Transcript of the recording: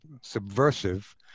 subversive